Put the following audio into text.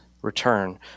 return